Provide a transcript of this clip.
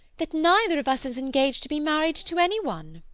that neither of us is engaged to be married to any one.